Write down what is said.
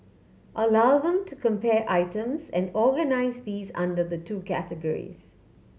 allow them to compare items and organise these under the two categories